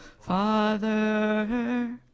Father